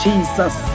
Jesus